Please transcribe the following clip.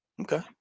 Okay